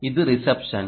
இது ரிசப்சன்